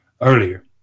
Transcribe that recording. earlier